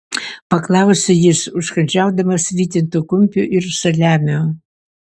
paklausė jis užkandžiaudamas vytintu kumpiu ir saliamiu